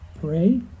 Pray